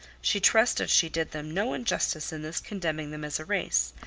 she trusted she did them no injustice in thus condemning them as a race.